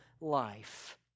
life